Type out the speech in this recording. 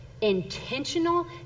intentional